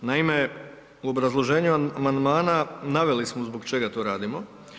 Naime, u obrazloženju amandmana naveli smo zbog čega to radimo.